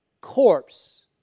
corpse